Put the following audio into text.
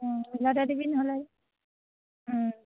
মিলতে দিবি নহ'লে